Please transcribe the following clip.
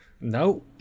No